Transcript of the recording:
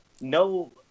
no